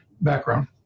background